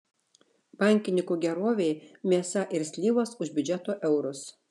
bankininkų gerovei mėsa ir slyvos už biudžeto eurus